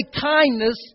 kindness